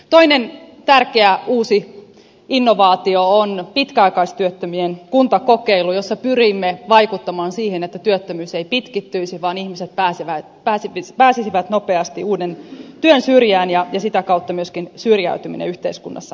toinen tärkeä uusi innovaatio on pitkäaikaistyöttömien kuntakokeilu jossa pyrimme vaikuttamaan siihen että työttömyys ei pitkittyisi vaan ihmiset pääsisivät nopeasti uuden työn syrjään ja sitä kautta myöskin syrjäytyminen yhteiskunnassa vähenee